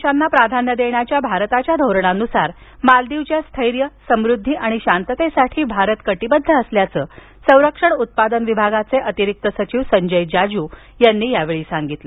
शेजाऱ्यांना प्राधान्य देण्याच्या भारताच्या धोरणानुसार मालदीवच्या स्थैर्य समृद्धी आणि शांततेसाठी भारत कटिबद्ध असल्याचं संरक्षण उत्पादन विभागाचे अतिरिक्त सचिव संजय जाजू यांनी यावेळी सांगितलं